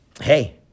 hey